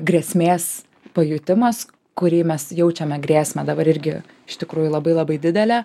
grėsmės pajutimas kurį mes jaučiame grėsmę dabar irgi iš tikrųjų labai labai didelę